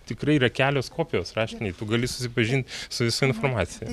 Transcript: tikrai yra kelios kopijos raštinėj gali susipažint su visa informacija